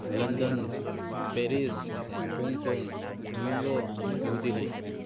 London Paris Hong Kong New York New Delhi